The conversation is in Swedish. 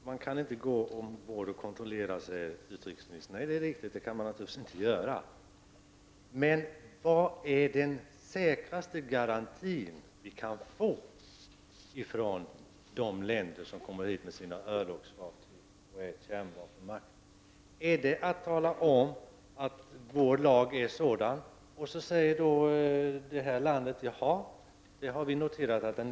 Herr talman! Man inte gå ombord och kontrollera, säger utrikesministern. Nej, det är riktigt. Det kan man naturligtvis inte göra. Vilken är då den säkraste garanti som vi kan få ifrån de länder som är kärnvapenmakter och som kommer hit med sina örlogsfartyg? Är det att bara tala om vad vår lag säger? Då säger landet i fråga att det har noterat detta.